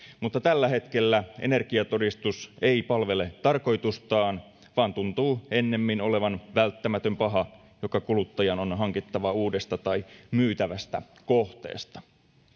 mutta tällä hetkellä energiatodistus ei palvele tarkoitustaan vaan tuntuu ennemmin olevan välttämätön paha joka kuluttajan on hankittava uudesta tai myytävästä kohteesta